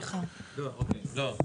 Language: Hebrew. לא,